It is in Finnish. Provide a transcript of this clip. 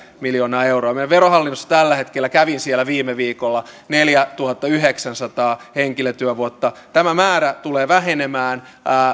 miljoonaa euroa meillä on verohallinnossa tällä hetkellä kävin siellä viime viikolla neljätuhattayhdeksänsataa henkilötyövuotta tämä määrä tulee vähenemään